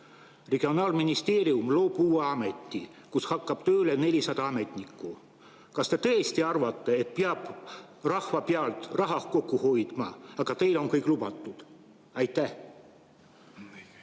regionaalministeerium loob uue ameti, kus hakkab tööle 400 ametnikku. Kas te tõesti arvate, et peab rahva pealt raha kokku hoidma, aga teile on kõik lubatud? Aitäh,